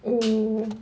oo